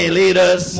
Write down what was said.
leaders